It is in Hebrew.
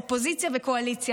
אופוזיציה וקואליציה,